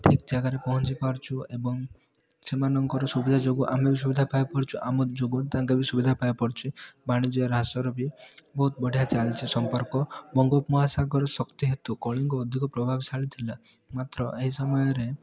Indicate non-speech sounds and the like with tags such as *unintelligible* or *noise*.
ଠିକ ଜାଗାରେ ପହଁଞ୍ଚି ପାରୁଛୁ ଏବଂ ସେମାନଙ୍କର ସୁବିଧା ଯୋଗୁଁ ଆମେ ବି ସୁବିଧା ପାଇପାରୁଛୁ ଆମ *unintelligible* ସୁବିଧା ପାଇପାରୁଛି ବାଣିଜ୍ୟ ହ୍ରାସ ବି ବହୁତ ବଢ଼ିଆ ଚାଲିଛି ସମ୍ପର୍କ ବଙ୍ଗୋପ ମହାସାଗର ଶକ୍ତି ହେତୁ କଳିଙ୍ଗ ଅଧିକ ପ୍ରଭାବଶାଳୀ ଥିଲା ମାତ୍ର ଏହି ସମୟରେ